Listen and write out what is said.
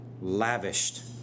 lavished